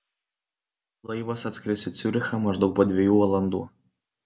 laivas atskris į ciurichą maždaug po dviejų valandų